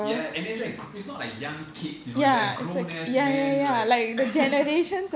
ya and it's like it's not like young kids you know it's they are grown ass men like